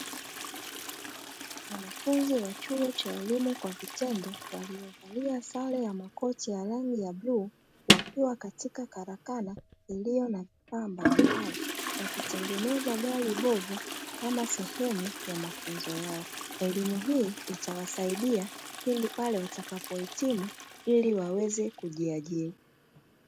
Wanafunzi wa chuo cha elimu kwa vitendo waliovalia sare ya makoti ya rangi ya bluu wakiwa katika karakana, iliyo na vifaa mbalimbali wakitengeneza gari bovu kama sehemu ya mafunzo yao elimu hii itawasaidia pindi pale watakapohitimu ili waweze kujiajiri.